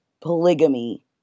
polygamy